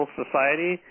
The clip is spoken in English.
society